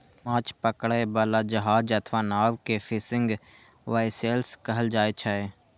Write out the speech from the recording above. माछ पकड़ै बला जहाज अथवा नाव कें फिशिंग वैसेल्स कहल जाइ छै